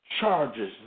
charges